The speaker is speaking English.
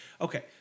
Okay